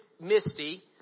misty